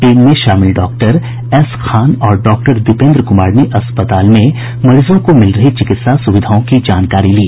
team में शामिल doctor S Khan और डॉक्टर दीपेन्द्र कूमार ने अस्पताल में मरीजों को मिल रही चिकित्सा सुविधाओं की जानकारी ली